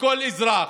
לכל אזרח,